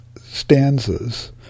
stanzas